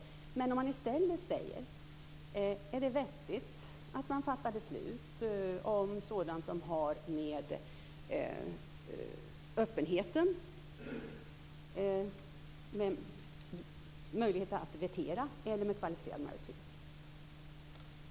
I stället kan man fråga sig: Är det vettigt att fatta beslut om sådant som har med öppenheten att göra med möjlighet att lägga veto eller med kvalificerad majoritet?